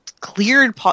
cleared